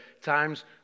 times